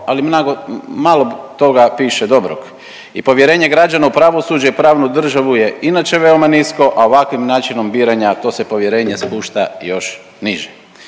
ali malo toga piše dobrog. I povjerenje građana u pravosuđe i pravnu državu je inače veoma nisko, a ovakvim načinom biranja to se povjerenje spušta još niže.